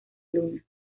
luna